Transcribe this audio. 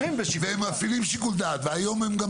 והם מפעילים שיקול דעת והיו הם גם